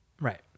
Right